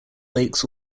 lakes